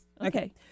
Okay